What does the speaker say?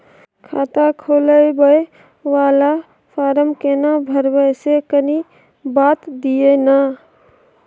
खाता खोलैबय वाला फारम केना भरबै से कनी बात दिय न?